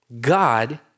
God